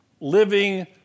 living